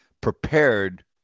prepared